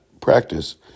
practice